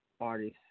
artist